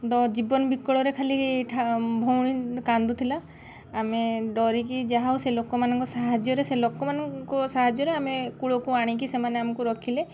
ତ ଜୀବନ ବିକଳରେ ଖାଲି ଠା ଭଉଣୀ କାନ୍ଦୁଥିଲା ଆମେ ଡ଼ରିକି ଯାହା ହଉ ସେ ଲୋକମାନଙ୍କ ସାହାର୍ଯ୍ୟରେ ସେ ଲୋକମାନଙ୍କ ସାହାର୍ଯ୍ୟରେ ଆମେ କୂଳକୁ ଆଣିକି ସେମାନେ ଆମକୁ ରଖିଲେ